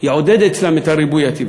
יעודד אצלם את הריבוי הטבעי.